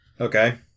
Okay